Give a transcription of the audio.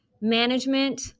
management